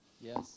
Yes